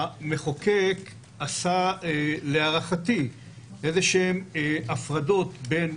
המחוקק עשה להערכתי איזה שהן הפרדות בין